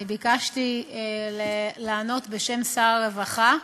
ביקשתי לענות בשם שר הרווחה.